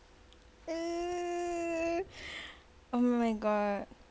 oh my god